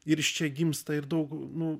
ir iš čia gimsta ir daug nu